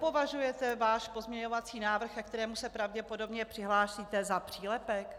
Nepovažujete váš pozměňovací návrh, ke kterému se pravděpodobně přihlásíte, za přílepek?